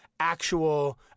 actual